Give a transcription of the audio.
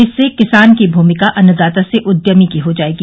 इनसे किसान की भूमिका अन्नदाता से उद्यमी की हो जाएगी